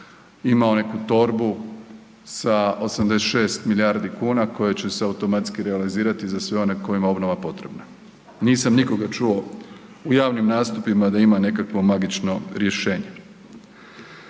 imao neku torbu sa 86 milijardi kuna koji će se automatski realizirati za sve one kojima je obnova potrebna. Nisam nikoga čuo u javnim nastupima da ima nekakvo magično rješenje.